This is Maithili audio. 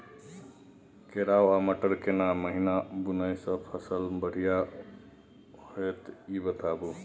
केराव आ मटर केना महिना बुनय से फसल बढ़िया होत ई बताबू?